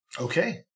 Okay